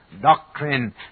doctrine